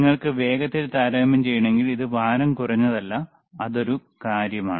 നിങ്ങൾക്ക് വേഗത്തിൽ താരതമ്യം ചെയ്യണമെങ്കിൽ ഇത് ഭാരം കുറഞ്ഞതല്ല അതൊരു കാര്യമാണ്